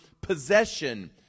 Possession